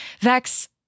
Vex